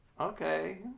okay